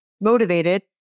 motivated